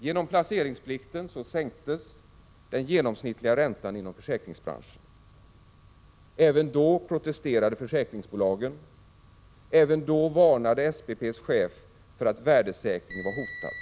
Genom placeringsplikten sänktes den genomsnittliga räntan i försäkringsbranschen. Även då protesterade försäkringsbolagen. Även då varnade SPP:s chef för att värdesäkringen var hotad.